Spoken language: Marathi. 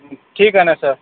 ठीक आहे ना सर